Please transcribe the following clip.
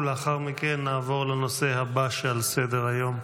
ולאחר מכן נעבור לנושא הבא שעל סדר-היום.